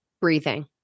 Breathing